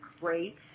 great